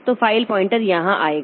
तो file pointer यहाँ आएगा